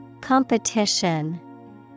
Competition